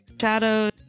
Shadows